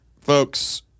Folks